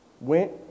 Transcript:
went